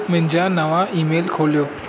मुंहिंजा नवां ईमेल खोलियो